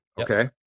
okay